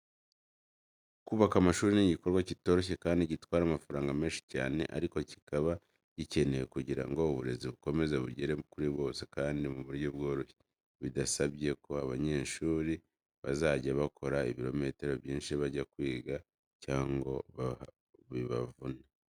Kubaka amashuri ni igikorwa kitoroshye kandi gitwara amafaranga menshi cyane, ariko kiba gikenewe kugira ngo uburezi bukomeze bugere kuri bose kandi mu buryo bworoshye, bidasabye ko abanyeshuri bazajya bakora ibirometero byinshi bajya kwiga cyangwa ngo bibavune.